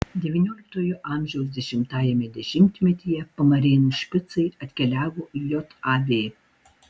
devynioliktojo amžiaus dešimtajame dešimtmetyje pamarėnų špicai atkeliavo į jav